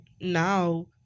now